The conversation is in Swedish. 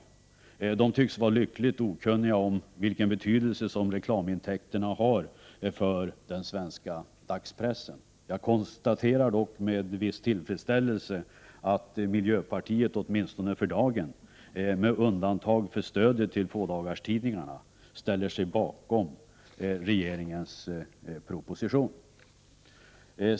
Miljöpartiet tycks vara lyckligt okunnigt om den betydelse som reklamintäkterna har för den svenska dagspressen. Jag konstaterar dock med viss tillfredsställelse att miljöpartiet åtminstone för dagen, med undantag för stödet till fådagarstidningarna, ställer sig bakom regeringens proposition.